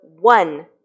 one